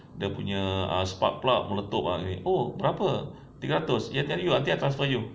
dia punya ah spark plug meletup ah gini oh berapa tiga ratus ah nanti I transfer you